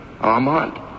Armand